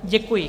Děkuji.